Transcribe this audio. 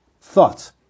thoughts